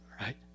right